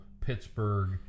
Pittsburgh